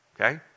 okay